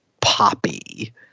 poppy